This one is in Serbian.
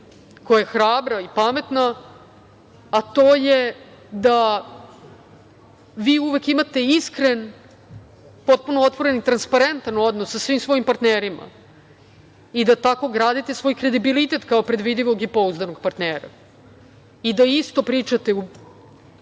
koja je hrabra i pametna, a to je da vi uvek imate iskren, potpuno otvoren i transparentan odnos sa svim svojim partnerima i da tako gradite svoj kredibilitet kao predvidivog i pouzdanog partnera i da isto pričate u